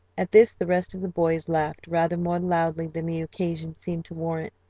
at this the rest of the boys laughed rather more loudly than the occasion seemed to warrant,